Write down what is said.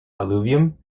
alluvium